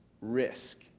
risk